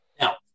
Now